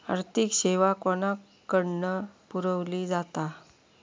आर्थिक सेवा कोणाकडन पुरविली जाता?